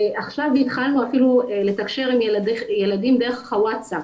עכשיו התחלנו אפילו לתקשר עם ילדים דרך הווטסאפ.